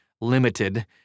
Limited